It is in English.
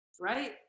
right